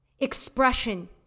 Expression